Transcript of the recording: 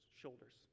shoulders